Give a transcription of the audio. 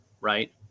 right